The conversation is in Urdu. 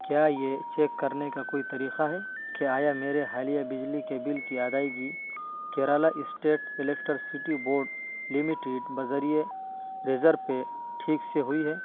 کیا یہ چیک کرنے کا کوئی طریقہ ہے کہ آیا میرے حالیہ بجلی کے بل کی ادائیگی Kerala state electricity board limited بذریعے ریزر پے ٹھیک سے ہوئی ہے